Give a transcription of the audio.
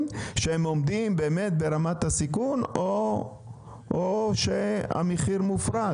שהם עומדים באמת ברמת הסיכון או שהמחיר מופרז?